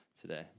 today